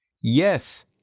Yes